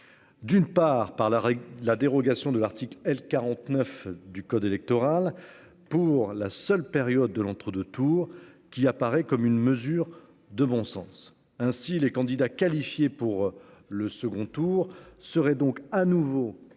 D'une part par la règle la dérogation de l'article L-49 du code électoral. Pour la seule période de l'entre 2 tours qui apparaît comme une mesure de bon sens. Ainsi les candidats qualifiés pour le second tour serait donc à nouveau autorisées